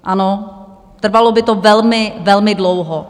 Ano, trvalo by to velmi, velmi dlouho.